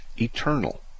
eternal